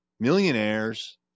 millionaires